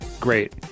great